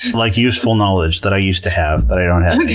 like, useful knowledge that i used to have but i don't have